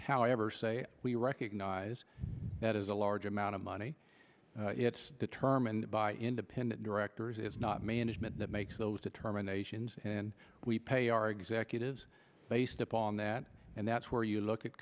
however say we recognize that is a large amount of money it's determined by independent directors is not management that makes those determinations and we pay our executives based upon that and that's where you look at